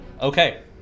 Okay